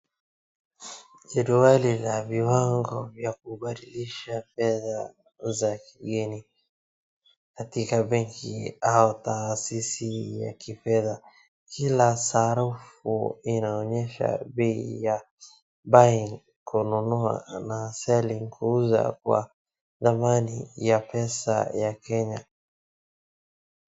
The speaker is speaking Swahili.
Jedwali la viwango vya kubadilisha fedha za kigeni katika benki au taasisi ya kifedha. Kila sarufu inaonyesha bei ya buying , kununua na selling , kuuza kwa dhamani ya pesa ya Kenya.